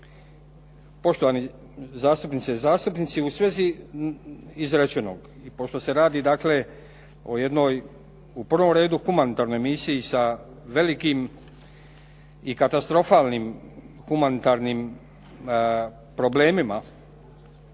Poštovane zastupnice i zastupnici u svezi izrečenog i pošto se radi dakle u prvom redu humanitarnoj misiji sa velikim i katastrofalnim humanitarnim problemima,